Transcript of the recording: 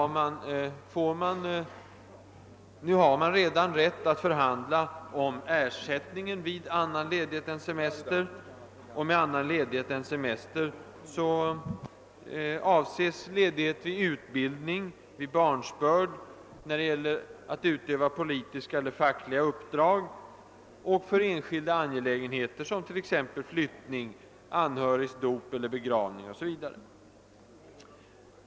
Redan nu har man rätt att förhandla om ersättningen vid annan ledighet än semester. Därmed avses ledighet vid utbildning, vid barnsbörd, för att utöva politiska eller fackliga uppdrag och för enskilda angelägenheter som t.ex. flyttning, anhörigs dop eller begravning.